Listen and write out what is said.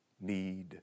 need